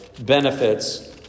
benefits